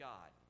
God